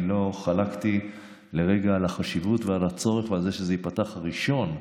לא חלקתי לרגע על החשיבות ועל הצורך ועל זה שזה ייפתח ראשון,